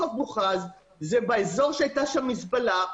זה באזור בו הייתה מזבלה,